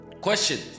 question